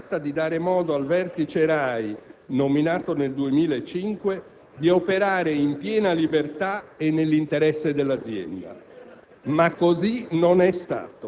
Per un anno la mia linea era stata di dare modo al vertice RAI, nominato nel 2005, di operare in piena libertà e nell'interesse dell'azienda.